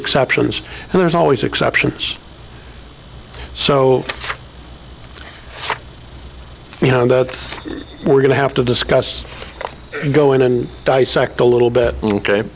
exceptions and there's always exceptions so you know that we're going to have to discuss go in and dissect a little bit